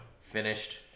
finished